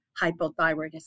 hypothyroidism